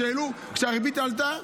כשהריבית עלתה,